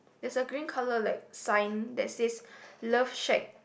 there's a green colour like sign that says love shack